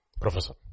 Professor